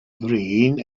green